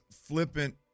flippant